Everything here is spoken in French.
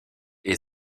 est